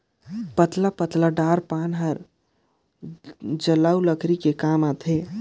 पतला पतला डार पान हर जलऊ लकरी के काम आथे